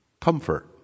comfort